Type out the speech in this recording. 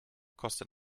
kostet